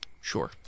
Sure